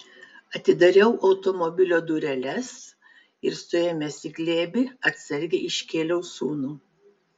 atidariau automobilio dureles ir suėmęs į glėbį atsargiai iškėliau sūnų